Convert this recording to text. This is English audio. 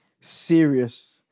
serious